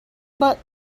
but